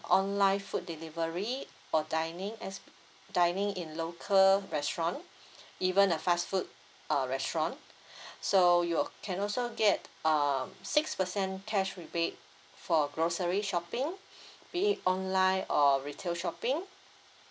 online food delivery or dining as dining in local restaurant even a fast food uh restaurant so you can also get um six percent cash rebate for grocery shopping be it online or retail shopping